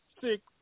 six